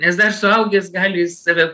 nes dar suaugęs gali save